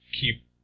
keep